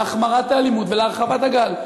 להחמרת האלימות ולהרחבת הגל.